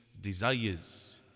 desires